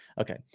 okay